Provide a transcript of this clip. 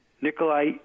Nikolai